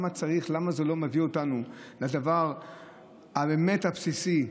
למה זה לא מביא אותנו לדבר באמת בסיסי,